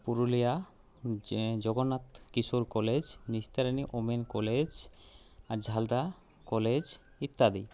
Purulia Jagannath Kishore college Nistarini women college আর Jhalda college ইত্যাদি